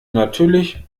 natürlich